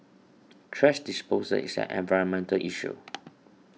thrash disposal is an environmental issue